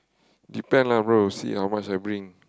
depend lah bro see how much I bring